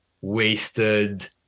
wasted